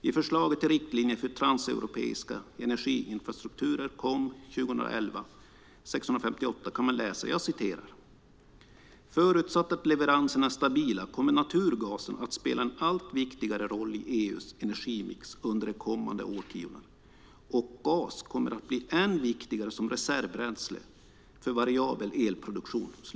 I förslaget till riktlinjer för transeuropeiska energiinfrastrukturer, KOM 658, kan man läsa: "Förutsatt att leveranserna är stabila kommer naturgas att spela en allt viktigare roll i EU:s energimix under de kommande årtiondena, och gas kommer att bli ännu viktigare som reservbränsle för variabel elproduktion."